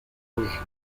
rouge